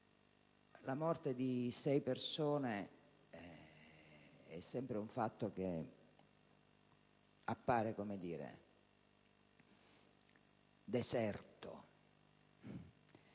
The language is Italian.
La morte di sei persone è sempre un fatto che appare deserto,